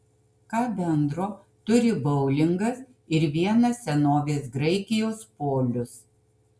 ką bendro turi boulingas ir vienas senovės graikijos polius